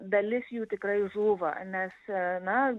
dalis jų tikrai žūva nes na